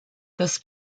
das